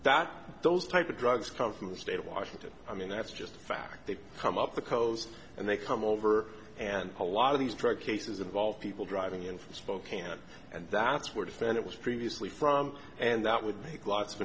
that those type of drugs come from the state of washington i mean that's just fact they've come up the coast and they come over and a lot of these drug cases involve people driving in from spokane and that's where defend it was previously from and that would make lots of